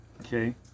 Okay